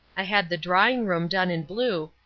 i had the drawing-room done in blue,